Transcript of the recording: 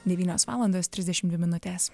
devynios valandos trisdešim dvi minutės